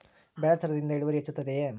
ಬೆಳೆ ಸರದಿಯಿಂದ ಇಳುವರಿ ಹೆಚ್ಚುತ್ತದೆಯೇ?